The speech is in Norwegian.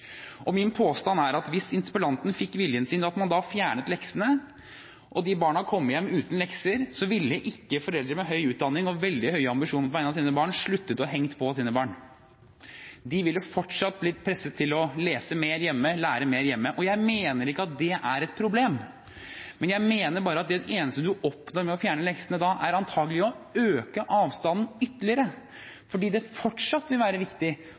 presterer. Min påstand er at hvis interpellanten fikk viljen sin, at man fjernet leksene, og de barna kom hjem uten lekser, ville ikke foreldre med høy utdanning og veldig høye ambisjoner på vegne av sine barn sluttet å henge på sine barn. De ville fortsatt blitt presset til å lese mer hjemme og lære mer hjemme. Jeg mener ikke at det er et problem, men jeg mener bare at det eneste du oppnår med å fjerne leksene da, antagelig er å øke avstanden ytterligere, fordi det fortsatt vil være viktig